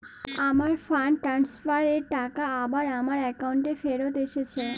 আমার fund transfer এর টাকা আবার আমার একাউন্টে ফেরত এসেছে